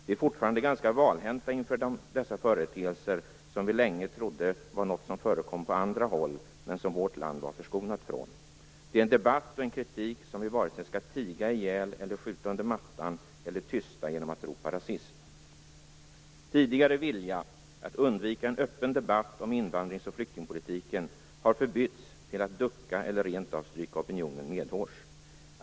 Vi är fortfarande ganska valhänta inför dessa företeelser som vi länge trodde var något som förekom på andra håll men som vårt land var förskonat från. Det är en debatt och en kritik som vi varken skall tiga ihjäl och sopa under mattan eller tysta genom att ropa rasism. Tidigare vilja att undvika en öppen debatt om invandrings och flyktingpolitiken har förbytts till att ducka eller rent av stryka opinionen medhårs.